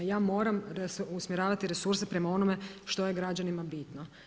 Ja moram usmjeravati resurse prema onome što je građanima bitno.